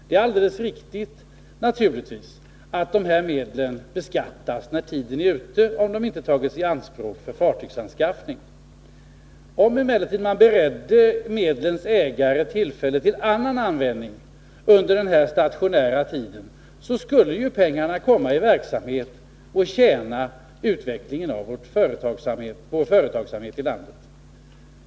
Det är naturligtvis alldeles riktigt att dessa medel beskattas, om de inte tas i anspråk för fartygsanskaffning när tiden är ute. Om man emellertid beredde medlens ägare tillfälle till annan användning under den här stationära tiden, skulle pengarna komma i verksamhet och tjäna utvecklingen av företagsamheten landet.